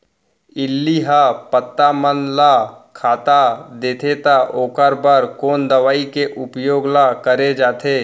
इल्ली ह पत्ता मन ला खाता देथे त ओखर बर कोन दवई के उपयोग ल करे जाथे?